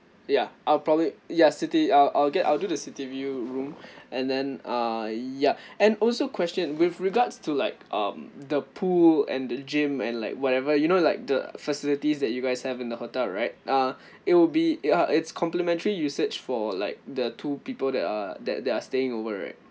ya I'll probably yes city I'll I'll get I'll do the city view room and then uh ya and also question with regards to like um the pool and the gym and like whatever you know like the facilities that you guys have in the hotel right uh it'll be ya it's complementary usage for like the two people that are that that are staying over right